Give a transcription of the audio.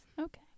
Okay